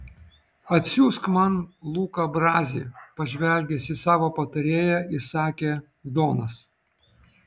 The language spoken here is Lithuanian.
atsiųsk man luką brazį pažvelgęs į savo patarėją įsakė donas